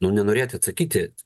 nu nenorėti atsakyti